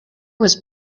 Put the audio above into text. was